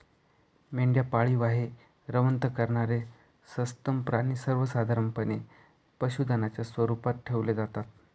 मेंढ्या पाळीव आहे, रवंथ करणारे सस्तन प्राणी सर्वसाधारणपणे पशुधनाच्या स्वरूपात ठेवले जातात